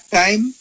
time